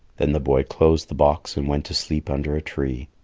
then the boy closed the box and went to sleep under a tree.